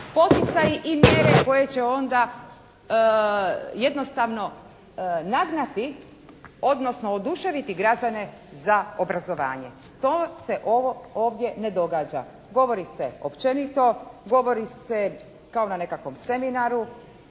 poticaji i mjere koje će onda jednostavno nagnati, odnosno oduševiti građane za obrazovanje. To se ovdje ne događa. Govori se općenito, govori se kao na nekakvom seminaru